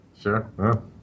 Sure